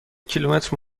کیلومتر